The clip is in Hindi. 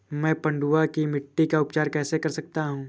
मैं पडुआ की मिट्टी का उपचार कैसे कर सकता हूँ?